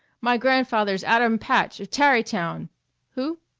my grandfather's adam patch, of tarrytown who?